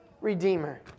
Redeemer